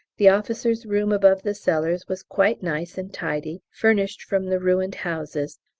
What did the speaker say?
the officer's room above the cellars was quite nice and tidy, furnished from the ruined houses,